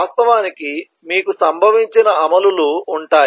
వాస్తవానికి మీకు సంభవించిన అమలు లు ఉంటాయి